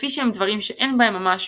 לפי שהם דברים שאין בהם ממש,